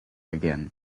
again